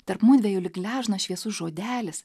tarp mudviejų lyg gležnas šviesus žodelis